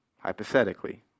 hypothetically